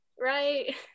right